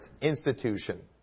institution